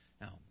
Now